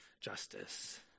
justice